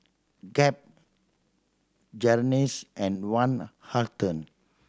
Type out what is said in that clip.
Gap Jergens and Van Houten